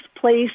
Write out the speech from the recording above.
place